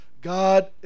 God